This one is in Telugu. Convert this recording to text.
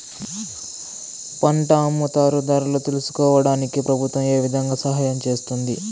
పంట అమ్ముతారు ధరలు తెలుసుకోవడానికి ప్రభుత్వం ఏ విధంగా సహాయం చేస్తుంది?